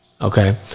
Okay